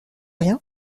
rien